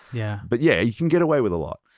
yeah but yeah, you can get away with a lot.